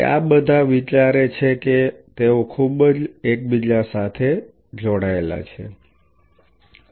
તેથી આ બધા વિચારે છે કે તેઓ ખૂબ જ એકબીજા સાથે જોડાયેલા છે